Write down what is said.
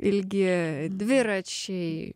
ilgi dviračiai